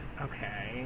Okay